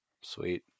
sweet